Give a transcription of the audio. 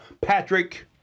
Patrick